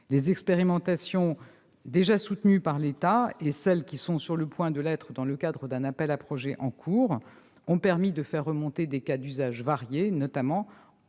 Les expérimentations déjà soutenues par l'État et celles qui sont sur le point de l'être dans le cadre d'un appel à projets en cours ont permis de faire remonter des cas d'usage variés, notamment en